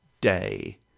day